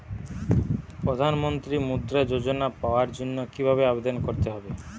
প্রধান মন্ত্রী মুদ্রা যোজনা পাওয়ার জন্য কিভাবে আবেদন করতে হবে?